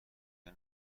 مگه